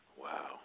Wow